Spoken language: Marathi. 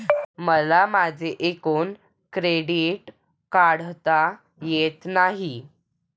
मला माझे एकूण क्रेडिट काढता येत नाही